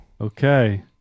Okay